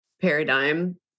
paradigm